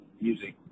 music